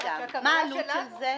מה העלות של זה.